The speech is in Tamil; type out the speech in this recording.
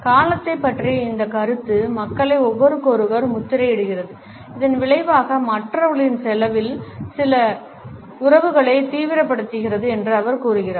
காலத்தைப் பற்றிய இந்த கருத்து மக்களை ஒருவருக்கொருவர் முத்திரையிடுகிறது இதன் விளைவாக மற்றவர்களின் செலவில் சில உறவுகளை தீவிரப்படுத்துகிறது என்று அவர் கூறுகிறார்